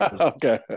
Okay